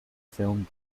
film